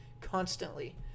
constantly